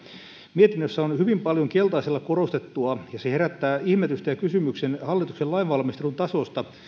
mietinnössä on hyvin paljon keltaisella korostettua ja se herättää ihmetystä ja kysymyksen hallituksen lainvalmistelun tasosta